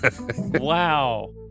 Wow